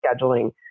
scheduling